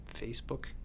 Facebook